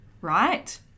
right